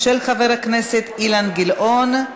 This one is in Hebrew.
של חבר הכנסת אילן גילאון.